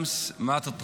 (אומר בערבית ומתרגם.)